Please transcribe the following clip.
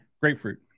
grapefruit